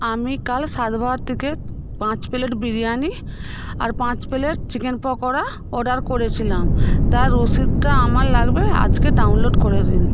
আমি কাল স্বাদবাহার থেকে পাঁচ প্লেট বিরিয়ানি আর পাঁচ প্লেট চিকেন পকোড়া অর্ডার করেছিলাম তার রসিদটা আমার লাগবে আজকে ডাউনলোড করে দিন